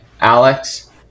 Alex